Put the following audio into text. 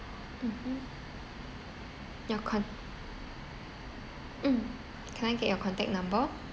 mmhmm your con~ mm can I get your contact number